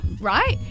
right